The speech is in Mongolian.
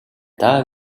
даа